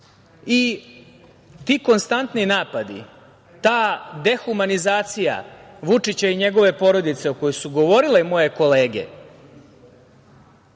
konstantni napadi, ta dehumanizacija Vučića i njegove porodice, o kojoj su govorile moje kolege,